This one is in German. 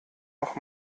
noch